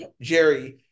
Jerry